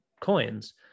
Coins